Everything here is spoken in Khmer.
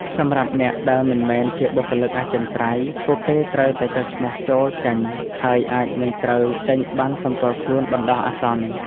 សម្រាប់អ្នកដែលមិនមែនជាបុគ្គលិកអចិន្ត្រៃយ៍ ពួកគេត្រូវតែចុះឈ្មោះចូល-ចេញ ហើយអាចនឹងត្រូវចេញបណ្ណសម្គាល់ខ្លួនបណ្ដោះអាសន្ន។